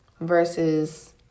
Versus